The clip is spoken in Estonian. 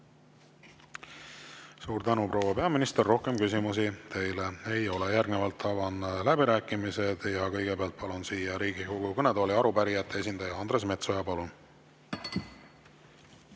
Suur tänu, proua peaminister! Rohkem küsimusi teile ei ole. Avan läbirääkimised ja kõigepealt palun siia Riigikogu kõnetooli arupärijate esindaja Andres Metsoja. Palun!